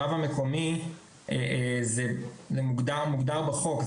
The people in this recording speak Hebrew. הרב המקומי מוגדר בחוק.